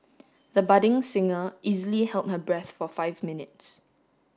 the budding singer easily held her breath for five minutes